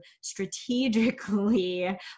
strategically